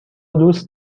دوست